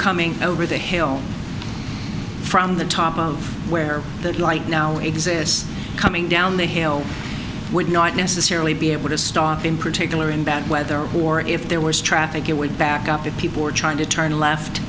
coming over the hill from the top of where that light now exists coming down the hill would not necessarily be able to stop in particular in bad weather or if there was traffic it would back up if people were trying to turn left